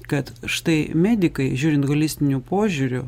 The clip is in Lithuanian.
kad štai medikai žiūrint holistiniu požiūriu